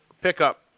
pickup